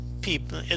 people